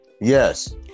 yes